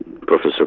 Professor